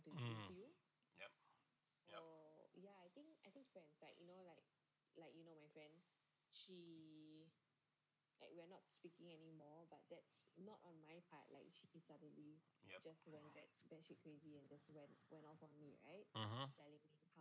mm yup yup yup mmhmm